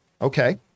okay